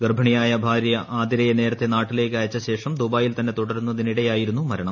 ഗർഭിണിയായ ഭാര്യ ആതിരയെ നേരത്തെ നാട്ടിലേയ്ക്ക് അയച്ചശേഷം ദുബായിൽ തന്നെ തുടരുന്നതിനിടെയായിരുന്നു മരണം